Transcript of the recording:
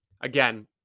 again